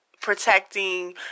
protecting